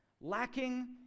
lacking